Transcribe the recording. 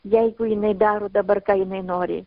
jeigu jinai daro dabar ką jinai nori